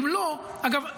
אגב,